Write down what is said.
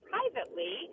privately